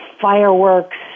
fireworks